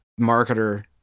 marketer